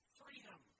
freedom